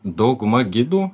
dauguma gidų